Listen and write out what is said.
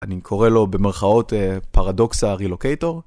אני קורא לו במרכאות פרדוקס הרילוקטור.